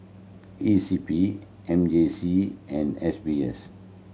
E C P M J C and S B S